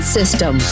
system